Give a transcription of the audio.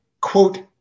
quote